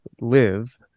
Live